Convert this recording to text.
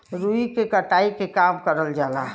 रुई के कटाई के काम करल जाला